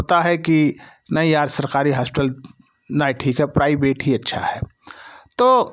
होता है कि नहीं यार सरकारी हॉस्पिटल नहीं ठीक है प्राइवेट ही अच्छा है तो